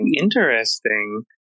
Interesting